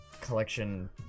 collection